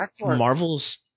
Marvel's